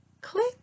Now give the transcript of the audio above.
click